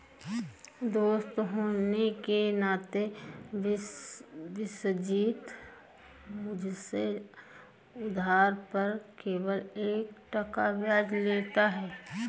दोस्त होने के नाते विश्वजीत मुझसे उधार पर केवल एक टका ब्याज लेता है